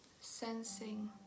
sensing